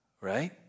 Right